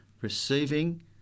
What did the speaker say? receiving